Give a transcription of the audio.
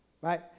right